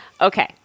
okay